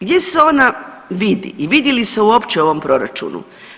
Gdje se ona vidi i vidi li se uopće u ovom proračunu?